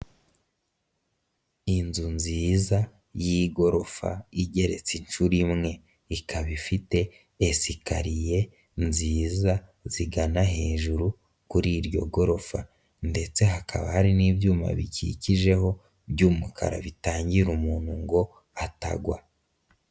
Inzu nziza y'igorofa igeretse inshuro imwe, ikaba ifite esikariye nziza zigana hejuru kuri iryo gorofa ndetse hakaba hari n'ibyuma bikikijeho by'umukara bitangira umuntu ngo atagwa.